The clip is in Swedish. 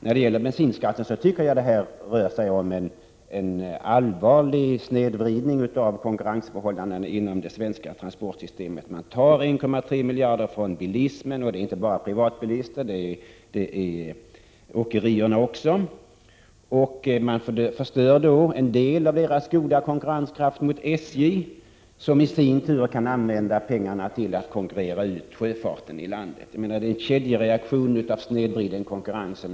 När det gäller bensinskatten tycker jag att det rör sig om en allvarlig snedvridning av konkurrensförhållandena inom det svenska transportsystemet. Man tar 1,3 miljarder kronor från bilismen. Det gäller inte bara privatbilister utan också åkerier. Då förstörs en del av den goda konkurrenskraften gentemot SJ, som i sin tur kan använda pengarna att konkurrera ut sjöfarten i landet. Det blir en kedjereaktion till följd av snedvriden konkurrens.